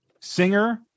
singer